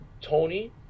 Tony